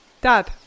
Dad